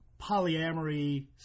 Polyamory